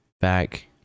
back